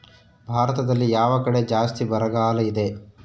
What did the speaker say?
ಭಾರತದಲ್ಲಿ ಯಾವ ಕಡೆ ಜಾಸ್ತಿ ಬರಗಾಲ ಇದೆ?